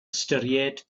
ystyried